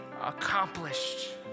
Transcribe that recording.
accomplished